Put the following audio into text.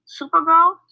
supergirl